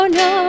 no